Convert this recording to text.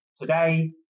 today